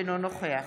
אינו נוכח